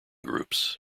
groups